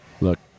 Look